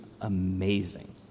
amazing